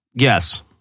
Yes